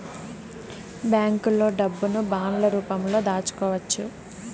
బ్యాంకులో డబ్బును బాండ్ల రూపంలో దాచుకోవచ్చు